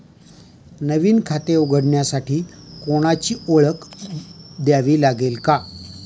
नवीन खाते उघडण्यासाठी कोणाची ओळख द्यावी लागेल का?